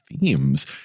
themes